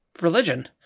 Religion